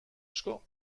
asko